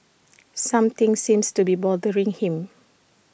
something seems to be bothering him